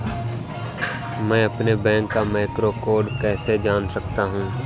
मैं अपने बैंक का मैक्रो कोड कैसे जान सकता हूँ?